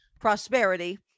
prosperity